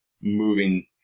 moving